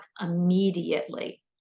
immediately